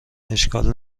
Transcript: اشکال